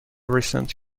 recent